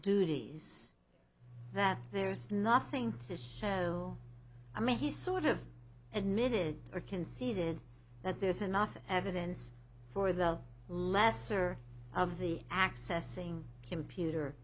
duties that there's nothing to show i mean he sort of and mid or conceded that there's enough evidence for the lesser of the accessing computer